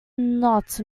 not